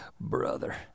Brother